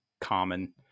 common